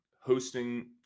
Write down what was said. hosting